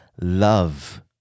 love